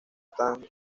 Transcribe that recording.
están